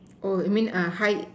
oh you mean uh high